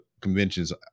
conventions